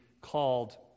called